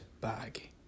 bag